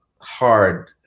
Hard